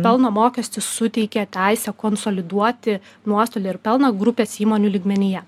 pelno mokestis suteikia teisę konsoliduoti nuostolį ir pelną grupės įmonių lygmenyje